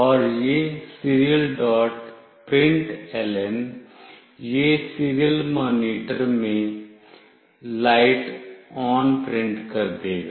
और यह Serialprintln यह सीरियल मॉनिटर में लाइट ऑन प्रिंट कर देगा